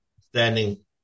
standing